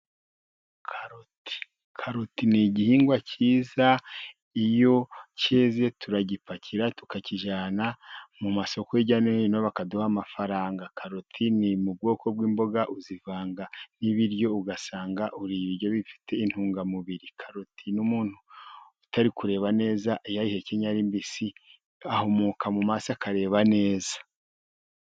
Karoti ni igihingwa cyiza iyo cyeze turagipakira tukakijyana mu masoko hirya no hino bakaduha amafaranga. Karoti ni mu bwoko bw'imboga uzivanga n'ibiryo ugasanga uriye ibiryo bifite intungamubiri. Karoti n'umuntu utari kureba neza ayihekenye ari mbisi ahumuka mu maso akareba neza.